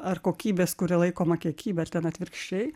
ar kokybės kuri laikoma kiekybe ar ten atvirkščiai